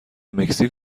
مکزیک